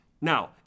Now